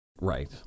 Right